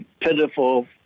pitiful